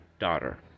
Daughter